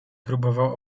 próbował